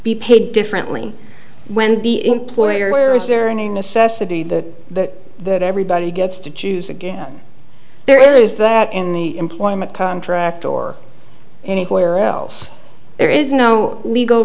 be paid differently when the employer is there any necessity that the that everybody gets to choose again there is that in the employment contract or anywhere else there is no legal